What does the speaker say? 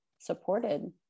supported